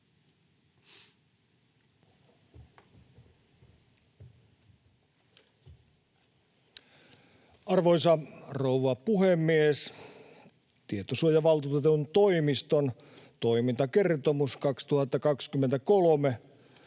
Arvoisa rouva puhemies! Tietosuojavaltuutetun toimiston toimintakertomus 2023